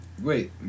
Wait